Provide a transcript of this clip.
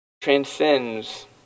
transcends